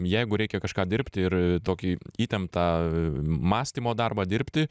jeigu reikia kažką dirbti ir tokį įtemptą mąstymo darbą dirbti